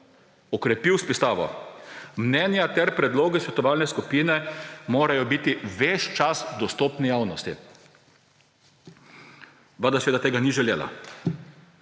okrepil s pisavo: Mnenja ter predlogi svetovalne skupine morajo biti ves čas dostopni javnosti. Vlada seveda tega ni želela,